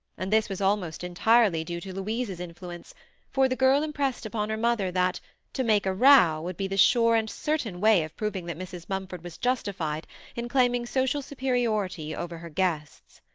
and this was almost entirely due to louise's influence for the girl impressed upon her mother that to make a row would be the sure and certain way of proving that mrs. mumford was justified in claiming social superiority over her guests.